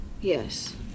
Yes